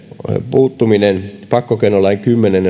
puuttuminen pakkokeinolain kymmenen